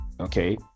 okay